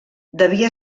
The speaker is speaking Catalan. devia